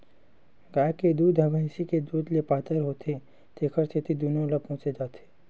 गाय के दूद ह भइसी के दूद ले पातर होथे तेखर सेती दूनो ल पोसे जाथे